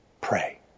Pray